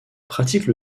pratiquent